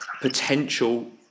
Potential